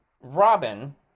Robin